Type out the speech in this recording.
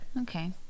Okay